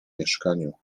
mieszkaniu